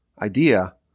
idea